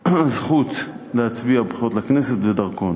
זכות להצביע בבחירות לכנסת ולדרכון.